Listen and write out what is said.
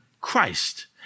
Christ